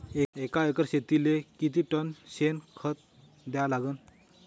एका एकर शेतीले किती टन शेन खत द्या लागन?